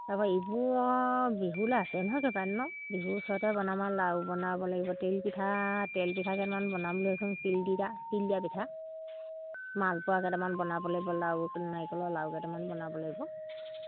তাৰপৰা ইবোৰ আৰু বিহুলৈ আছে নহয় কেইবাদিনো বিহুৰ ওচৰতে বনাম আৰু লাৰু বনাব লাগিব তিলপিঠা তেলপিঠা কেইটামান বনাম বুলি ভাবিছোঁ তিল দি দিয়া তিল দিয়া পিঠা মালপোৱা কেইটামান বনাব লাগিব লাৰু নাৰিকলৰ লাৰু কেইটামান বনাব লাগিব